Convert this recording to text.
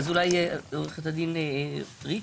אולי עורכת הדין ריץ',